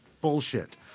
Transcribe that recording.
bullshit